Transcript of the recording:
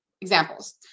examples